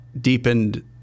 deepened